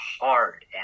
hard